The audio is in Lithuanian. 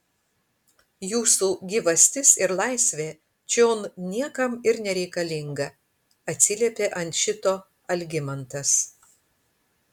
jūsų gyvastis ir laisvė čion niekam ir nereikalinga atsiliepė ant šito algimantas